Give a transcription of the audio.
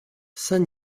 saint